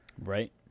Right